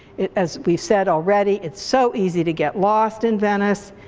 as we've said already, it's so easy to get lost in venice.